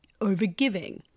overgiving